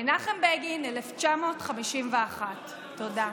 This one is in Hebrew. מנחם בגין, 1951. תודה.